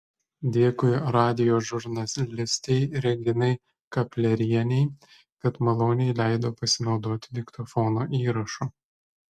dėkui radijo žurnalistei reginai kaplerienei kad maloniai leido pasinaudoti diktofono įrašu